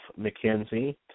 McKenzie